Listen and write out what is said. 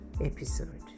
episode